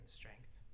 strength